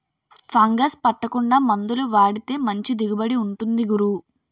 fungus పట్టకుండా మందులు వాడితే మంచి దిగుబడి ఉంటుంది గురూ